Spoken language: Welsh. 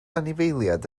anifeiliaid